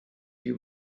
you